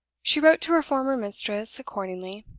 she wrote to her former mistress accordingly.